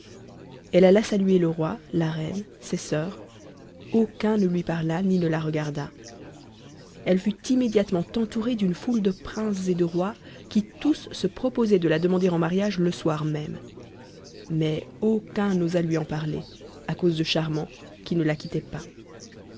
elle alla saluer le roi la reine ses soeurs aucun ne lui parla ni ne la regarda elle fut immédiatement entourée d'une foule de princes et de rois qui tous se proposaient de la demander en mariage le soir même mais aucun n'osa lui en parler à cause de charmant qui ne la quittait pas